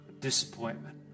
disappointment